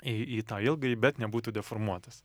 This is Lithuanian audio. į į tą ilgąjį bet nebūtų deformuotas